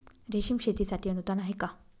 रेशीम शेतीसाठी अनुदान आहे का?